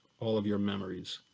all of your memories.